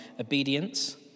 obedience